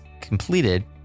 completed